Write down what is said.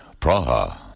Praha